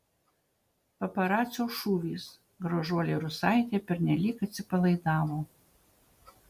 paparacio šūvis gražuolė rusaitė pernelyg atsipalaidavo